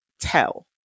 tell